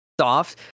soft